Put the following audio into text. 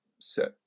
set